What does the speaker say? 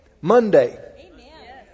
Monday